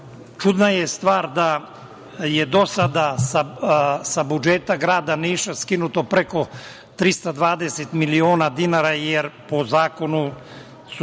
čudna je stvar da je do sada iz budžeta grada Niša skinuto preko 320 miliona dinara, jer, po zakonu, su